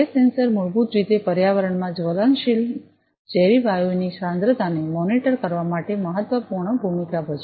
gas sensor મૂળભૂત રીતે પર્યાવરણમાં જ્વલનશીલ જ્વલનશીલ ઝેરી વાયુઓની સાંદ્રતાને મોનિટર કરવા માટે મહત્વપૂર્ણ ભૂમિકા ભજવે છે